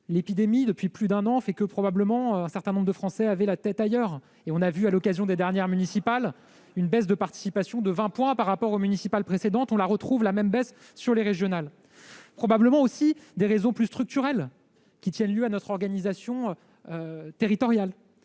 l'épidémie, depuis plus d'un an, fait que, probablement, un certain nombre de Français avaient la tête ailleurs. À l'occasion des dernières municipales, on a aussi constaté une baisse de participation de 20 points par rapport aux municipales précédentes, un chiffre que l'on retrouve pour les régionales. Il y a aussi des raisons plus structurelles, qui tiennent à notre organisation territoriale.